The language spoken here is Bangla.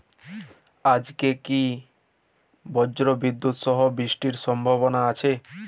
আজকে কি ব্রর্জবিদুৎ সহ বৃষ্টির সম্ভাবনা আছে?